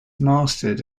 mastered